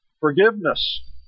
Forgiveness